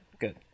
Good